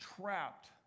trapped